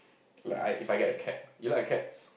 like I If I get a cat you like cats